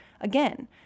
Again